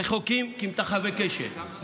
שרחוקים כמטחווי קשת,